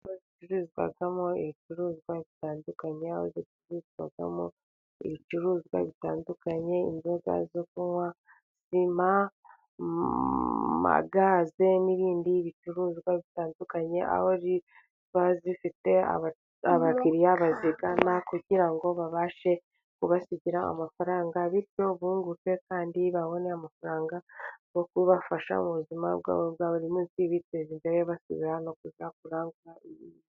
Inyubako zicuruzwamo ibicuruzwa bitandukanye aho zicururizwamo ibicuruzwa bitandukanye, inzoga zo kunywa, sima, amagaze n'ibindi bicuruzwa bitandukanye, aho ziba zifite abakiriya bazigana kugira ngo babashe kubasigira amafaranga, bityo bunguke kandi babone amafaranga yo kubafasha mu buzima bwabo bwa buri munsi basubira no kujya kurangura ibindi.